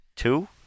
Two